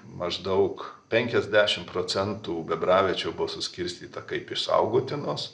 maždaug penkiasdešim procentų bebraviečių buvo suskirstyta kaip išsaugotinos